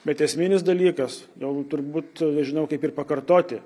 bet esminis dalykas jau turbūt nežinau kaip ir pakartoti